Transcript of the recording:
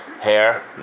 hair